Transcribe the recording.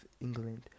England